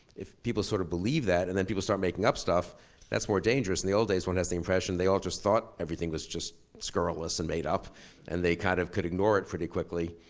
if people sort of believe that and then people start making up stuff that's more dangerous than and the old days when that's the impression. they all just thought everything was just scurrilous and made up and they kind of could ignore it pretty quickly.